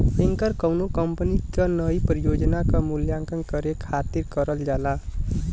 ऐकर कउनो कंपनी क नई परियोजना क मूल्यांकन करे खातिर करल जाला